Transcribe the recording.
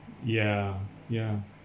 ya ya